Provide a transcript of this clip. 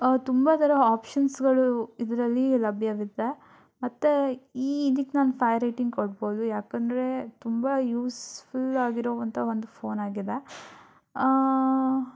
ತುಂಬ ಥರ ಆಪ್ಶನ್ಸ್ಗಳು ಇದರಲ್ಲಿ ಲಭ್ಯವಿದೆ ಮತ್ತು ಈ ಇದಕ್ಕೆ ನಾನು ಫೈವ್ ರೇಟಿಂಗ್ ಕೊಡ್ಬೋದು ಯಾಕಂದರೆ ತುಂಬ ಯೂಸ್ಫುಲ್ ಆಗಿರುವಂಥ ಒಂದು ಫೋನಾಗಿದೆ